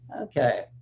Okay